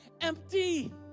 empty